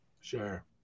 Sure